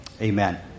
amen